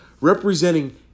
representing